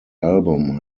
album